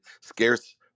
scarce